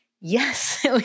yes